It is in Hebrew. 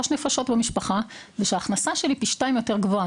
נפשות במשפחה ושההכנסה שלי פי 2 יותר גבוהה.